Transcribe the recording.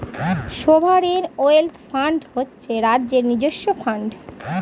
sovereign wealth fund হচ্ছে রাজ্যের নিজস্ব ফান্ড